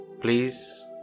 Please